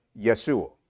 Yeshua